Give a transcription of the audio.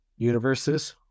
Universes